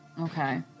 Okay